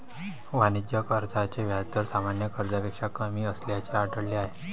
वाणिज्य कर्जाचे व्याज दर सामान्य कर्जापेक्षा कमी असल्याचे आढळले आहे